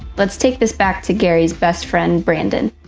let's take this back to gary's best friend, brandon.